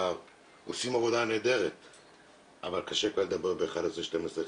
ולפעמים חשוב לאנשים לדעת שבזה הסתיימה הפניה,